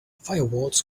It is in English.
firewalls